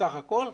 בסך הכול,